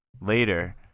Later